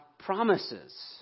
promises